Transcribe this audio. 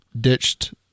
ditched